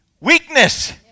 Weakness